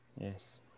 Yes